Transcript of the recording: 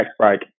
break